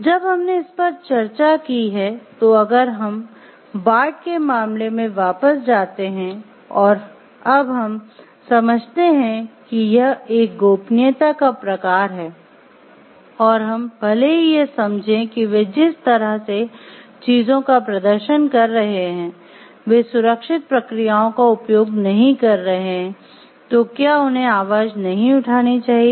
जब हमने इस पर चर्चा की है तो अगर हम बार्ट के मामले में वापस जाते हैं और अब हम समझते हैं कि यह एक गोपनीयता का प्रकार है और हम भले ही यह समझें कि वे जिस तरह से चीजों का प्रदर्शन कर रहे हैं वे सुरक्षित प्रक्रियाओं का उपयोग नहीं कर रहे हैं तो क्या उन्हें आवाज नहीं उठानी चाहिए